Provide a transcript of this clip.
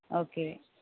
okay